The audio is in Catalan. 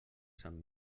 sant